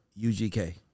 UGK